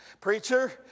Preacher